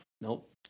Nope